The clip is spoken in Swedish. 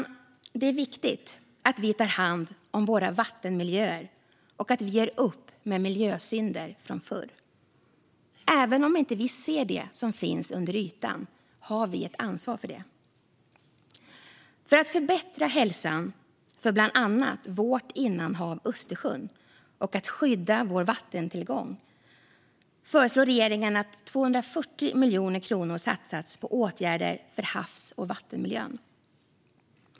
Det är viktigt att vi tar hand om våra vattenmiljöer och att vi gör upp med miljösynder från förr. Även om vi inte ser det som finns under ytan har vi ett ansvar för det. För att förbättra hälsan för bland annat vårt innanhav Östersjön och skydda vår vattentillgång föreslår regeringen att 240 miljoner kronor satsas på åtgärder för havs och vattenmiljön.